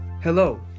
Hello